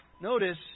notice